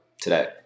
today